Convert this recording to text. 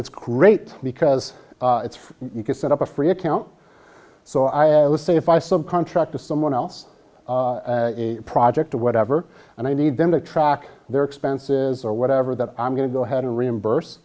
it's great because it's you can set up a free account so i say if i subcontract to someone else a project or whatever and i need them to track their expenses or whatever that i'm going to go ahead and reimburse